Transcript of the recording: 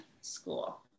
school